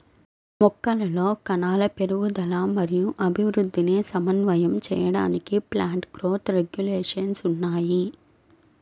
మొక్కలలో కణాల పెరుగుదల మరియు అభివృద్ధిని సమన్వయం చేయడానికి ప్లాంట్ గ్రోత్ రెగ్యులేషన్స్ ఉన్నాయి